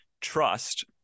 trust